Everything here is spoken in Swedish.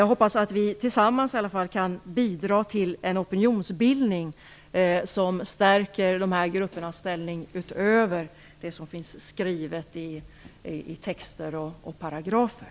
Jag hoppas att vi tillsammans skall kunna åtminstone bidra till en opinionsbildning som stärker de här gruppernas ställning; detta utöver vad som finns skrivet i texter och paragrafer.